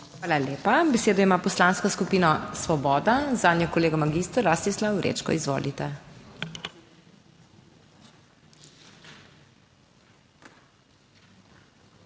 Hvala lepa. Besedo ima Poslanska skupina Svoboda, zanjo kolega magister Rastislav Vrečko, izvolite.